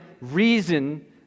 reason